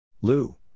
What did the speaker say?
Lou